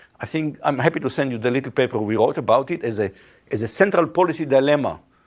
i think i'm happy to send you the little paper we wrote about it as a as a central policy dilemma.